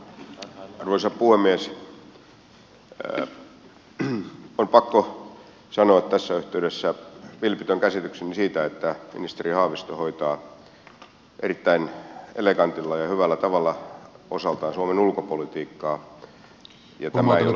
on pakko sanoa tässä yhteydessä vilpitön käsitykseni siitä että ministeri haavisto hoitaa erittäin elegantilla ja hyvällä tavalla osaltaan suomen ulkopolitiikkaa ja tämä ei ole